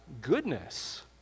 goodness